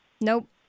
Nope